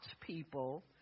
people